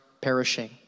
perishing